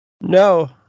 no